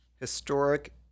historic